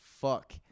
fuck